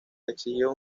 exigió